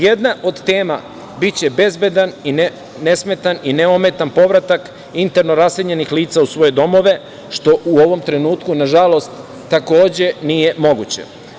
Jedna od tema biće bezbedan, nesmetan i neometan povratak interno raseljenih lica u svoje domove, što u ovom trenutku, nažalost, takođe nije moguće.